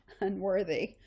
unworthy